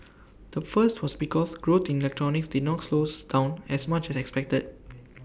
the first was because growth in electronics did not slow down as much as expected